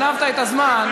גנבת את הזמן,